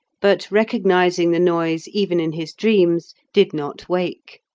but recognising the noise even in his dreams, did not wake.